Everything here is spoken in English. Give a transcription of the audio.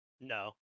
No